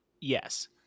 yes